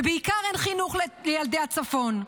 ובעיקר אין חינוך לילדי הצפון.